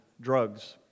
drugs